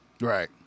Right